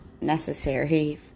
necessary